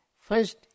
first